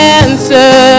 answer